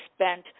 spent